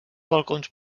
balcons